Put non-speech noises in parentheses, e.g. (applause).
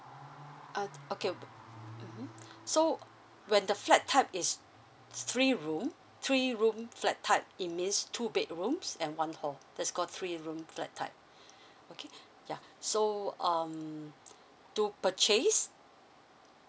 uh okay mmhmm (breath) so when the flat type is three room three room flat type it means two bedrooms and one hall this called three room flat type (breath) okay ya so um to purchase